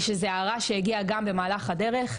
שזו הערה שהגיעה גם במהלך הדרך,